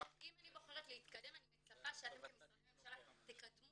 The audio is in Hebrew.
אם אני בוחרת להתקדם אני מצפה שאתם כמשרדי הממשלה תקדמו